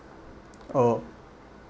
oh